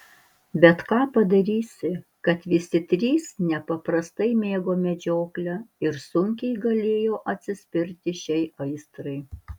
bet ką padarysi kad visi trys nepaprastai mėgo medžioklę ir sunkiai galėjo atsispirti šiai aistrai